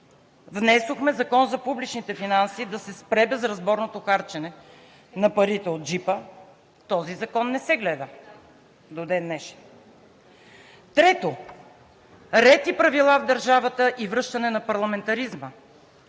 Внесохме Закона за публичните финанси да се спре безразборното харчене на парите от джипа, но този закон не се гледа до ден днешен. Трето, ред и правила в държавата и връщане на парламентаризма.